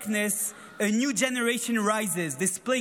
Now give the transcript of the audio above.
rises,